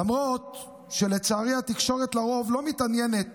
למרות שלצערי התקשורת לרוב לא מתעניינת